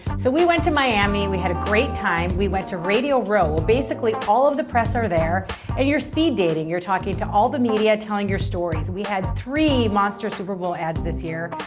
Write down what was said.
so we went to miami. we had a great time. we went to radio row. basically all of the press are there and you're speed-dating. you're talking to all the media telling your stories. we had three monster super bowl ads this year.